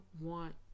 want